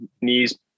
knees